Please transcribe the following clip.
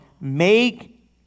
make